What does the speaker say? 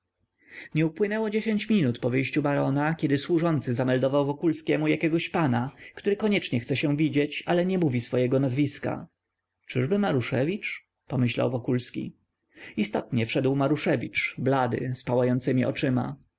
nie upłynęło dziesięć minut po wyjściu barona kiedy służący zameldował wokulskiemu jakiegoś pana który koniecznie chce się widzieć ale nie mówi swojego nazwiska czyżby maruszewicz pomyślał wokulski istotnie wszedł maruszewicz blady z pałającemi oczyma